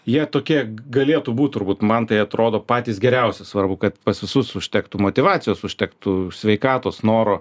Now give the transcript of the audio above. jie tokie galėtų būt turbūt man tai atrodo patys geriausi svarbu kad pas visus užtektų motyvacijos užtektų sveikatos noro